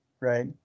right